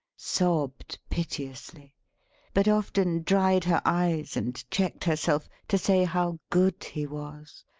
sobbed piteously but often dried her eyes and checked herself, to say how good he was,